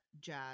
jazz